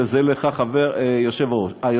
וזה לך, היושב-ראש.